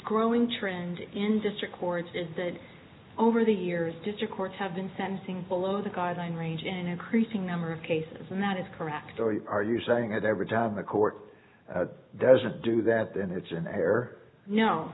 growing trend in district courts is that over the years district courts have been sensing below the guideline range in an increasing number of cases and that is correct or are you saying that every job a court doesn't do that then it's an